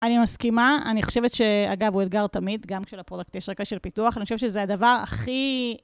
אני מסכימה, אני חושבת שאגב, הוא אתגר תמיד גם של הפרודקט ישרקל של פיתוח, אני חושבת שזה הדבר הכי...